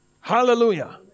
Hallelujah